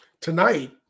tonight